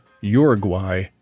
Uruguay